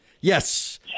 Yes